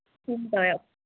steam ꯇꯧꯋꯦ